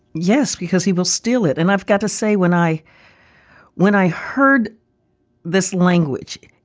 yes, because he will steal it. and i've got to say, when i when i heard this language,